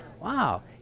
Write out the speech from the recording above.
wow